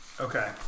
Okay